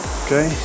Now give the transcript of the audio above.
okay